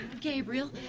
Gabriel